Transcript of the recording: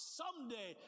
someday